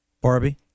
Barbie